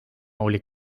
oli